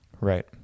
Right